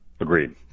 Agreed